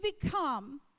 become